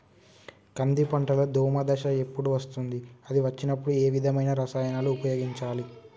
కంది పంటలో దోమ దశ ఎప్పుడు వస్తుంది అది వచ్చినప్పుడు ఏ విధమైన రసాయనాలు ఉపయోగించాలి?